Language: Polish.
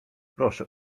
proszę